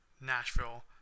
Nashville